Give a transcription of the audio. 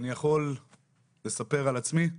אני יכול לספר על עצמי,